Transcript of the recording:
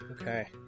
Okay